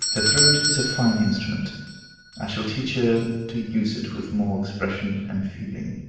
her throat is a fine instrument i shall teach her to use it with more expression and feeling.